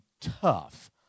tough